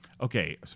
okay